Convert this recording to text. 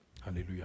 Hallelujah